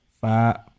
Five